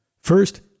First